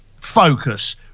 focus